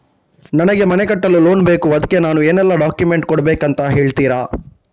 ನನಗೆ ಮನೆ ಕಟ್ಟಲು ಲೋನ್ ಬೇಕು ಅದ್ಕೆ ನಾನು ಏನೆಲ್ಲ ಡಾಕ್ಯುಮೆಂಟ್ ಕೊಡ್ಬೇಕು ಅಂತ ಹೇಳ್ತೀರಾ?